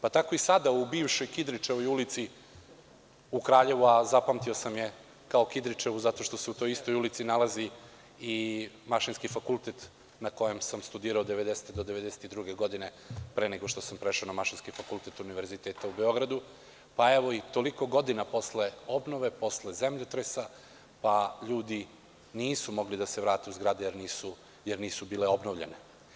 Tako i sada u bivšoj Kidričevoj ulici u Kraljevu, a zapamtio sam je kao Kidričevu zato što se u toj istoj ulici nalazi i Mašinski fakultet na kojem sam studirao od 1990. do 1992. godine, pre nego što sam prešao na Mašinski fakultet univerziteta u Beogradu, pa evo, i toliko godina posle obnove, posle zemljotresa, pa ljudi nisu mogli da se vrate u zgrade, jer nisu bile obnovljene.